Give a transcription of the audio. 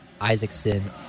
Isaacson